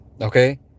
Okay